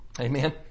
Amen